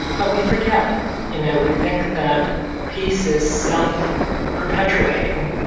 but we forget you know we think that peace is self perpetuating,